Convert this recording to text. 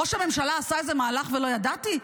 ראש הממשלה עשה איזה מהלך ולא ידעתי?